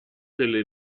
delle